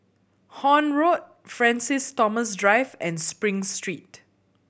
Horne Road Francis Thomas Drive and Spring Street